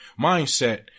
mindset